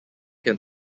can